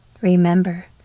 Remember